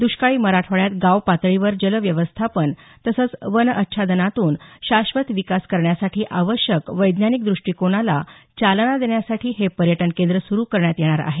द्ष्काळी मराठवाड्यात गाव पातळीवर जल व्यवस्थापन तसंच वन अच्छादनातून शाश्वत विकास करण्यासाठी आवश्यक वैज्ञानिक दृष्टिकोनाला चालना देण्यासाठी हे पर्यटन केंद्र सुरु करण्यात येणार आहे